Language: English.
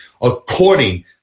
according